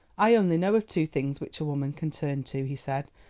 i only know of two things which a woman can turn to, he said,